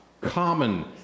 common